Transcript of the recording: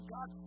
God